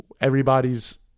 Everybody's